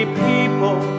people